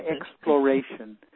exploration